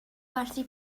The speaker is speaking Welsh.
werthu